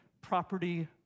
property